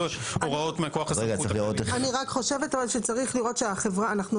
הוראות מכוח הסמכות --- אני רק חושבת שצריך לראות שהחברה אנחנו